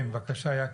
כן, בבקשה, יקי.